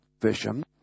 vision